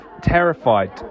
terrified